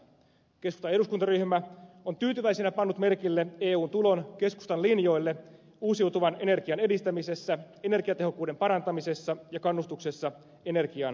keskustan eduskuntaryhmä on tyytyväisenä pannut merkille eun tulon keskustan linjoille uusiutuvan energian edistämisessä energiatehokkuuden parantamisessa ja kannustuksessa energiansäästöön